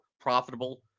profitable